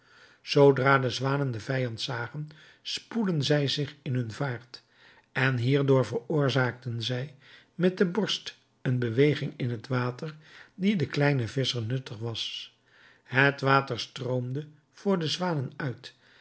zoodra de zwanen den vijand zagen spoedden zij zich in hun vaart en hierdoor veroorzaakten zij met de borst een beweging in t water die den kleinen visscher nuttig was het water stroomde voor de zwanen uit